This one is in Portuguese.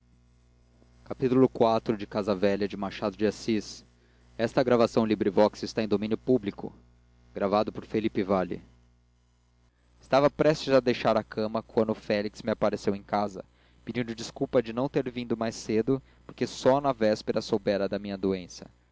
ir nesse dia à casa velha de noite constipei-me apanhei uma febre e fiquei cinco dias de cama capítulo iv estava prestes a deixar a cama quando o félix me apareceu em casa pedindo desculpa de não ter vindo mais cedo porque só na véspera soubera da minha doença